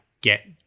get